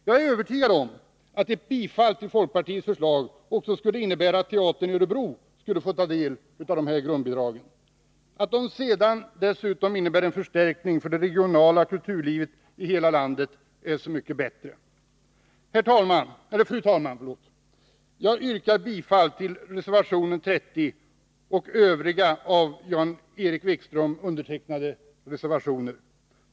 Jag är övertygad om att ett bifall till folkpartiets förslag också skulle innebära att teatern i Örebro skulle få ta del av de här grundbidragen. Att de sedan dessutom innebär en förstärkning för det regionala kulturlivet i hela landet är så mycket bättre. Fru talman! Jag yrkar bifall till reservationen 30 och till övriga av Jan-Erik Wikström undertecknade reservationer.